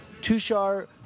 Tushar